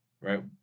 right